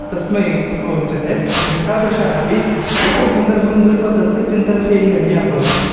तस्मै उच्यते एतादृशः अपि एकं सन्दर्भः दृष्ट्वा तस्य चिन्तनशैली अन्या भवति